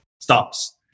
stops